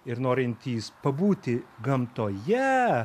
ir norintys pabūti gamtoje